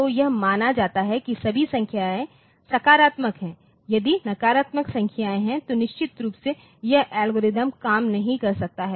तो यह माना जाता है कि सभी संख्याएं सकारात्मक हैं यदि नकारात्मक संख्याएं हैं तो निश्चित रूप से यह एल्गोरिथ्म काम नहीं कर सकता है